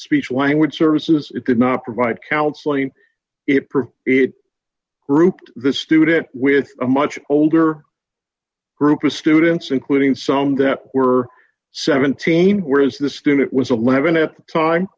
speech language services it could not provide counseling it prove it grouped the student with a much older group of students including some that were seventeen whereas the student was eleven at the time